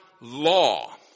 law